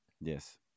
Yes